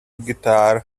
guitar